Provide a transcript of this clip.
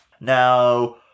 now